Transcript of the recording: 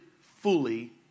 fully